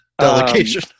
delegation